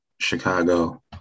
Chicago